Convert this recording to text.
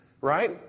right